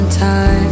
time